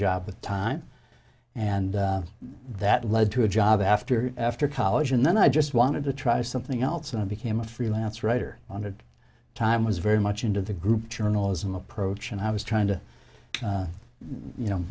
with time and that led to a job after after college and then i just wanted to try something else and i became a freelance writer on it time was very much into the group journalism approach and i was trying to you know